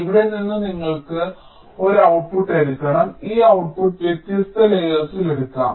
ഇവിടെ നിന്ന് നിങ്ങൾ ഒരു ഔട്ട്പുട്ട് എടുക്കണം ഈ ഔട്ട്പുട്ട് വ്യത്യസ്ത ലേയേർസിൽ എടുക്കാം